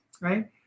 right